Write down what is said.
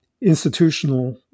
institutional